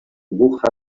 guk